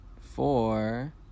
Four